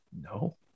No